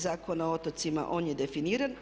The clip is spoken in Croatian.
Zakona o otocima on je definiran.